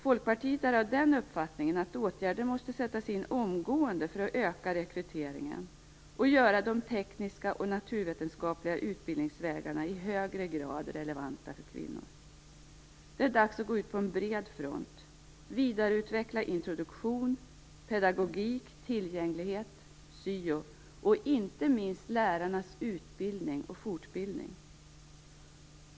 Folkpartiet har den uppfattningen att åtgärder måste sättas in omgående för att öka rekryteringen och göra de tekniska och naturvetenskapliga utbildningsvägarna i högre grad relevanta för kvinnor. Det är dags att på en bred front vidareutveckla introduktion, pedagogik, tillgänglighet, syo och inte minst lärarnas utbildning och fortbildning.